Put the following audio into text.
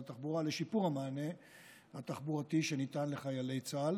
התחבורה לשיפור המענה התחבורתי שניתן לחיילי צה"ל,